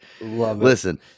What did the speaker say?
Listen